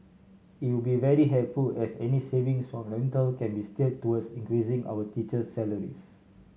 it would be very helpful as any savings from rental can be steered towards increasing our teacher's salaries